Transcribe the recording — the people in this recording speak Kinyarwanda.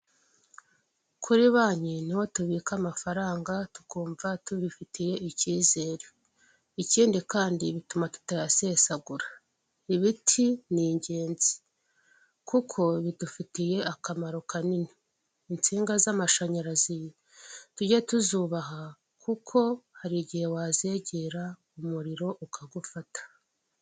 Kuri banki niho tubika amafaranga tukumva tubifitiye icyizere, ikindi kandi bituma tutayasesagura, ibiti ni ingenzi kuko bidufitiye akamaro kanini, insinga z'amashanyarazi tujye tuzubaha kuko hari igihe wazegera umuriro ukagufata.